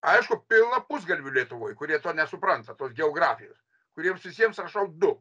aišku pilna pusgalvių lietuvoj kurie to nesupranta tos geografijos kuriems visiems rašau du